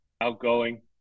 outgoing